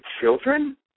children